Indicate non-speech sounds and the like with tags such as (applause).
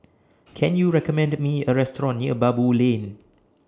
(noise) Can YOU recommend Me A Restaurant near Baboo Lane